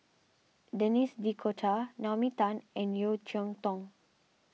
Denis D'Cotta Naomi Tan and Yeo Cheow Tong